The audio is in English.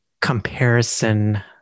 comparison